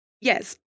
yes